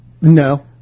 No